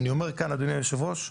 אני אומר כאן אדוני יושב הראש,